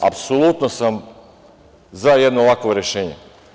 Apsolutno sam za jedno ovakvo rešenje.